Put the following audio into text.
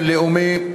בין-לאומי,